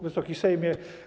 Wysoki Sejmie!